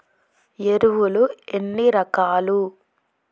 ఎరువులు ఎన్ని రకాలు?